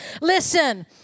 Listen